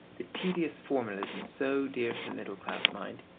the tedious formalisms so dear to the middle-class mind,